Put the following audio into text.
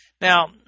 Now